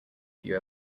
view